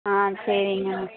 ஆ சரிங்கம்மா